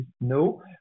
no